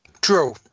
True